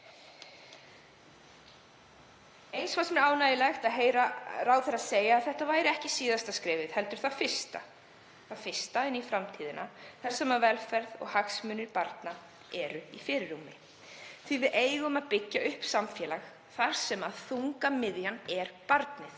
Eins fannst mér ánægjulegt að heyra ráðherra segja að þetta væri ekki síðasta skrefið heldur það fyrsta inn í framtíð þar sem velferð og hagsmunir barna verða í fyrirrúmi. Við eigum að byggja upp samfélag þar sem þungamiðjan er barnið,